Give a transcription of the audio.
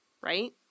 right